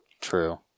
True